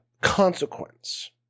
consequence